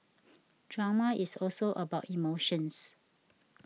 drama is also about emotions